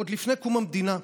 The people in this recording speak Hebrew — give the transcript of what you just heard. עוד לפני קום המדינה,